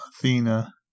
Athena